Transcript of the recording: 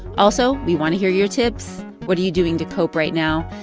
also, we want to hear your tips. what are you doing to cope right now?